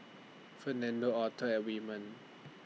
Fernando Author and Wyman